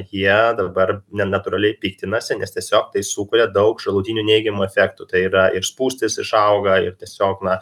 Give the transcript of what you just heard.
jie dabar nenatūraliai piktinasi nes tiesiog tai sukuria daug šalutinių neigiamų efektų tai yra ir spūstys išauga ir tiesiog na